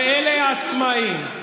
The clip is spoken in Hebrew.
ואלה העצמאים.